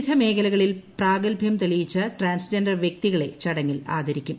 വിവിധ മേഖലകളിൽ പ്രാഗത്ഭ്യം തെളിയിച്ച ട്രാൻസ്ജെൻഡർ വ്യക്തികളെ ചടങ്ങിൽ ആദരി ക്കും